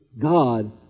God